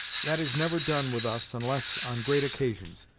that is never done with us, unless on great occasions,